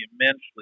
immensely